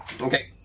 Okay